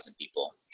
people